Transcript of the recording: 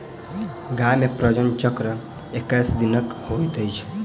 गाय मे प्रजनन चक्र एक्कैस दिनक होइत अछि